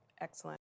Excellent